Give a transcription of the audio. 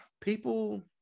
people